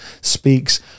speaks